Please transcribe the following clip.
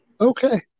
Okay